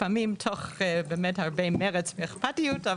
לפעמים תוך הרבה מרץ ואכפתיות.